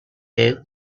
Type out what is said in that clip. you